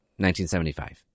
1975